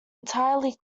entirely